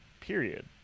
Period